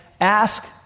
ask